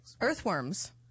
Earthworms